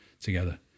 together